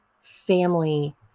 family